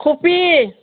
coffee